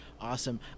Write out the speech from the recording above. awesome